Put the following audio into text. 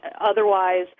otherwise